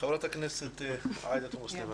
חברת הכנסת עאידה תומא סלימאן.